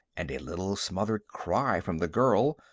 and a little smothered cry from the girl,